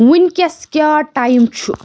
وٕنکیٚس کیٛاہ ٹایم چھُ؟